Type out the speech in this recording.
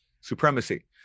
supremacy